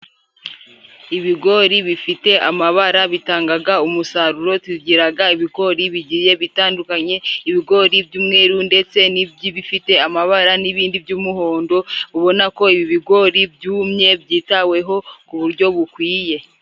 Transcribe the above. Ibigori bifite amabara bitangaga umusaruro, tugiraga ibigori bigiye bitandukanye ibigori by'umweru ndetse n'iby'ibifite amabara, n'ibindi by'umuhondo ubona ko ibigori byumye byitaweho ku buryo bukwiye.